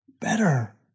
better